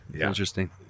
Interesting